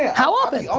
how often?